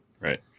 right